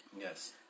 Yes